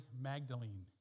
Magdalene